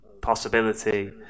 possibility